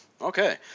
Okay